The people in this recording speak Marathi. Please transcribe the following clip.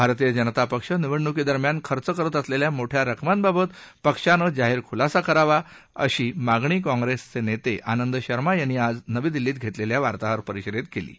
भारतीय जनता पक्ष निवडणुकीदरम्यान खर्च करत असलेल्या मोठया रकमांबाबत पक्षानं जाहीर खुलासा करावा अशी मागणी काँग्रेस नेते आनंद शर्मा यांनी आज नवी दिल्लीत घेतलेल्या वार्ताहर परिषदेत केली आहे